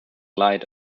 light